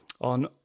on